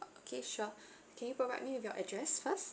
okay sure can you provide me with your address first